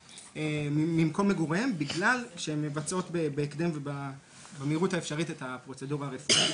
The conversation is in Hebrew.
ממקום מגוריהם בגלל הרצון לבצע בהקדם את הפרוצדורה הרפואית.